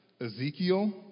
Ezekiel